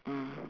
mm